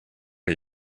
are